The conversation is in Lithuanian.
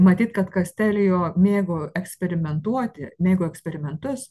matyt kad kastelio mėgo eksperimentuoti mėgo eksperimentus